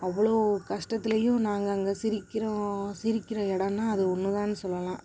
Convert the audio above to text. அவ்வளோ கஷ்டத்துலேயும் நாங்கள் அங்கே சிரிக்கிறோம் சிரிக்கிற இடம்னா அது ஒன்று தான் சொல்லலாம்